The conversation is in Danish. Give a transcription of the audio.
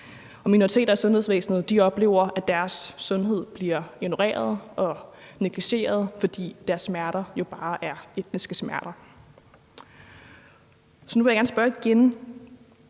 Minoriteter i sundhedsvæsenet oplever, at deres sundhed bliver ignoreret og negligeret, fordi deres smerter jo bare er etniske smerter. Så nu vil jeg gerne spørge igen: